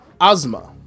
Ozma